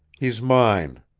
he is mine.